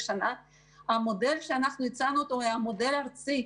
המודל שהצענו היה מודל ארצי.